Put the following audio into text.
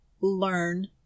learn